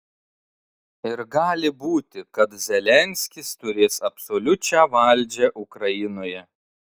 ir gali būti kad zelenskis turės absoliučią valdžią ukrainoje